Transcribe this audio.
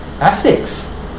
ethics